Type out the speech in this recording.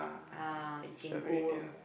ah you can go